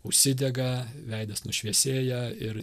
užsidega veidas nušviesėja ir